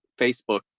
Facebook